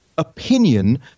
opinion